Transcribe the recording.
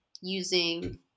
using